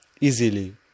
easily